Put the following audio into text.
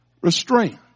restraint